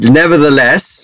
nevertheless